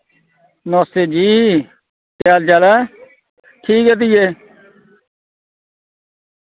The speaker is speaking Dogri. नमस्ते जी केह् हाल चाल ऐ ठीक ऐ धीये